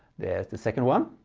there's the second one